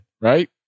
right